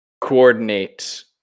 coordinate